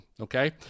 okay